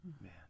Man